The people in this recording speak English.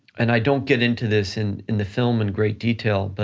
and i don't get into this in in the film in great detail, but